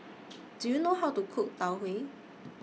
Do YOU know How to Cook Tau Huay